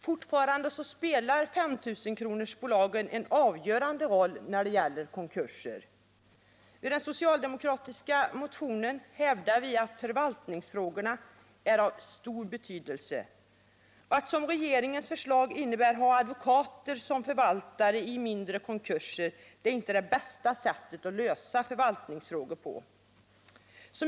Fortfarande spelar 5 000-kronorsbolagen en avgörande roll när det gäller konkurser. I den socialdemokratiska motionen hävdar vi att förvaltningsfrågorna är av stor betydelse. Att — som regeringens förslag innebär — ha advokater som förvaltare i mindre konkurser är inte det bästa sättet att lösa förvaltarfrågorna på.